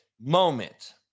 moment